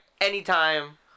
anytime